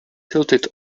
tilted